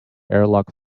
airlock